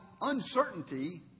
uncertainty